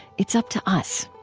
it's up to us.